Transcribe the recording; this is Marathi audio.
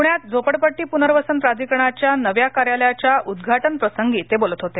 पुण्यात झोपडपट्टी पुनर्वसन प्राधिकरणाच्या नव्या कार्यालयाच्या उद्घाटन प्रसंगी ते बोलत होते